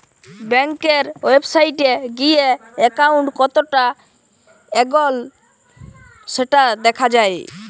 ব্যাংকের ওয়েবসাইটে গিএ একাউন্ট কতটা এগল্য সেটা দ্যাখা যায়